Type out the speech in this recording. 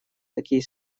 такие